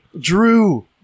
Drew